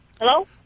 Hello